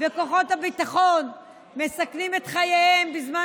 וכוחות הביטחון מסכנים את חייהם בזמן